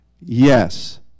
Yes